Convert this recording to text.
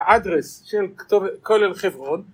address של כולל חברון